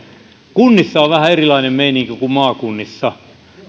kunnissa on vähän erilainen meininki kuin maakunnissa